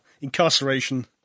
incarceration